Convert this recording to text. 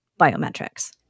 biometrics